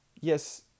yes